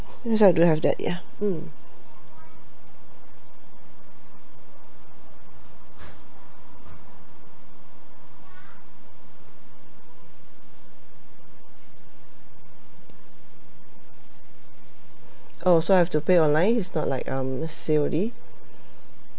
that's right do have that ya mm oh so I have to pay online it's not like um C_O_D